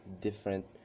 different